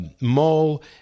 mall